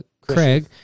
Craig